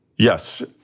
Yes